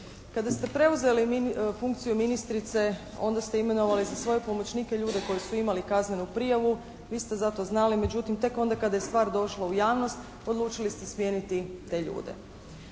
Kada ste preuzeli funkciju ministrice onda ste imenovali za svoje pomoćnike ljude koji su imali kaznenu prijavu. Vi ste za to znali, međutim tek onda kada je stvar došla u javnost odlučili ste smijeniti te ljude.